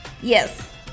yes